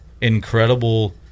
incredible –